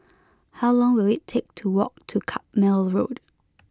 how long will it take to walk to Carpmael Road